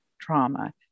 trauma